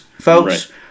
folks